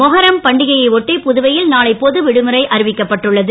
மொகரம் பண்டிகையை ஓட்டி புதுவை ல் நாளை பொது விடுமுறை அறிவிக்கப்பட்டு உள்ளது